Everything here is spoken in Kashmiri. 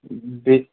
بیٚیہِ